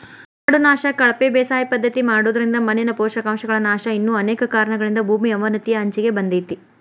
ಕಾಡು ನಾಶ, ಕಳಪೆ ಬೇಸಾಯ ಪದ್ಧತಿ ಮಾಡೋದ್ರಿಂದ ಮಣ್ಣಿನ ಪೋಷಕಾಂಶಗಳ ನಾಶ ಇನ್ನು ಅನೇಕ ಕಾರಣಗಳಿಂದ ಭೂಮಿ ಅವನತಿಯ ಅಂಚಿಗೆ ಬಂದೇತಿ